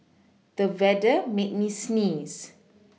the weather made me sneeze